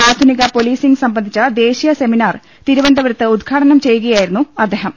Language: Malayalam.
ആധുനിക പൊലീസിങ് സംബന്ധിച്ച ദേശീയ സെമിനാർ തിരുവനന്തപുരത്ത് ഉദ്ഘാടനം ചെയ്യുകയായിരുന്നു അദ്ദേഹം